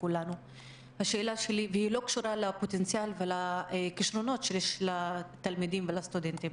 והיא לא קשורה לפוטנציאל ולכישרונות שיש לסטודנטים ולתלמידים.